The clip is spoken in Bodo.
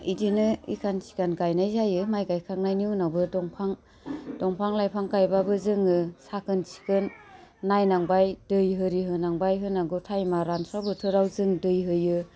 इदिनो इखान थिखान गाइनाय जायो माइ गाइखांनायनि उनावबो दंफां दंफां लाइफां गाइबाबो जोङो साखोन सिखोन नायनांबाय दै होरि होनांबाय होनांगौ टाइमआ रानस्राव बोथोराव जों दै होयो